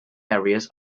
areas